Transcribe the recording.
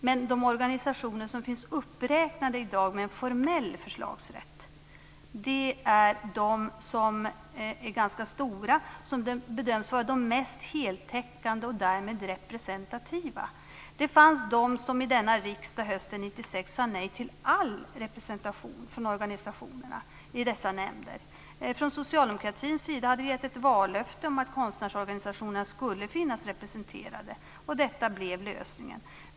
Men de organisationer som finns uppräknade i dag med en formell förslagsrätt är de som är ganska stora. Det är de som bedöms vara de mest heltäckande och därmed representativa. Det fanns de som i denna riksdag hösten 1996 sade nej till all representation från organisationerna i dessa nämnder. Från socialdemokratins sida hade vi gett ett vallöfte om att konstnärsorganisationerna skulle finnas representerade. Detta blev lösningen.